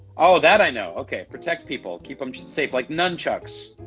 oh, that i know, okay. protect people, keep them safe, like nunchucks.